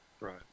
Right